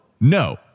no